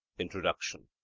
introduction.